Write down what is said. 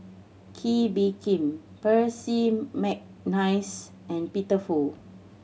Kee Bee Khim Percy McNeice and Peter Fu